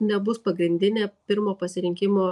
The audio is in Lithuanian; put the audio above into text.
nebus pagrindinė pirmo pasirinkimo